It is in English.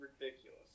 ridiculous